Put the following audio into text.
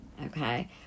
okay